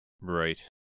Right